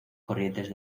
corrientes